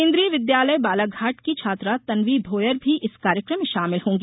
केन्द्रीय विद्यालय बालाघाट की छात्रा तन्वी भोयर भी इस कार्यक्रम में शामिल होंगी